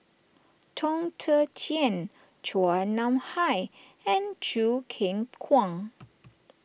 Chong Tze Chien Chua Nam Hai and Choo Keng Kwang